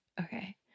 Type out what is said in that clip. Okay